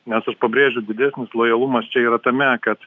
nes aš pabrėžiu didesnis lojalumas čia yra tame kad